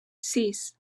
sis